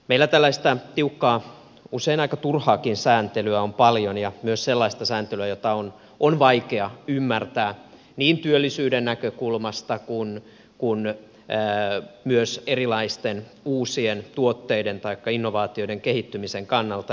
meillä tällaista tiukkaa usein aika turhaakin sääntelyä on paljon ja myös sellaista sääntelyä jota on vaikea ymmärtää niin työllisyyden näkökulmasta kuin myöskään erilaisten uusien tuotteiden taikka innovaatioiden kehittymisen kannalta